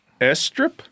Estrip